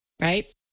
right